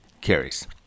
carries